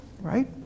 Right